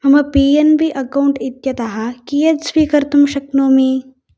मम P N B account इत्यतः कियत् स्वीकर्तुं शक्नोमि